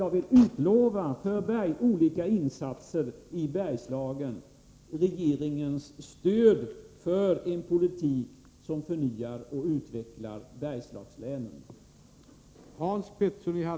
Beträffande olika insatser i Bergslagen utlovar jag regeringens stöd för en politik som innebär en förnyelse och en utveckling i Bergslagslänen.